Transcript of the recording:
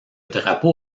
drapeau